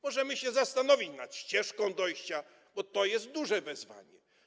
Możemy się zastanowić nad ścieżką dojścia, bo to jest duże wyzwanie.